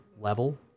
level